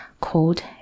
called